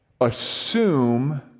assume